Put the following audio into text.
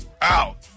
out